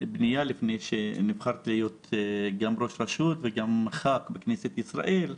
בנייה לפני שנבחרתי להיות ראש רשות וגם ח"כ בכנסת ישראל.